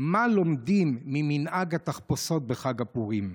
מה לומדים ממנהג התחפושות בחג הפורים.